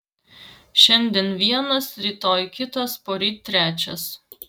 šiandien vienas rytoj kitas poryt trečias